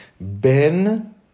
Ben